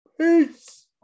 peace